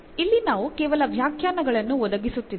ಇಲ್ಲಿ ನಾವು ಕೇವಲ ವ್ಯಾಖ್ಯಾನಗಳನ್ನು ಒದಗಿಸುತ್ತಿದ್ದೇವೆ